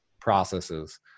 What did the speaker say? processes